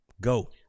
go